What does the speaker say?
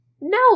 No